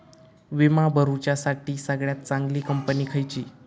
विमा भरुच्यासाठी सगळयात चागंली कंपनी खयची?